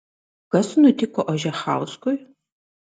kas nutiko ožechauskui